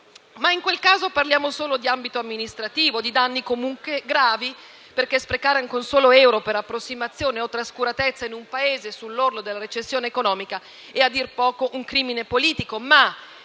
Ma in quel caso parliamo però solo di ambito amministrativo, anche se di danni comunque gravi, perché sprecare anche un solo euro per approssimazione o trascuratezza, in un Paese sull'orlo della recessione economica, è a dir poco un crimine politico.